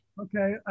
Okay